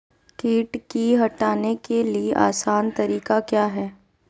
किट की हटाने के ली आसान तरीका क्या है?